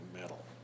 metal